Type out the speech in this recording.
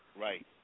Right